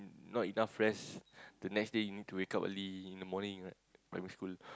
not enough rest the next day you need to wake up early in the morning right primary school